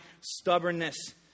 stubbornness